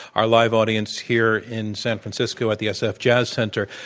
our live audience here in san francisco at the so sf jazz center.